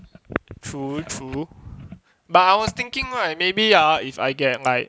true true but I was thinking right maybe ah if I get like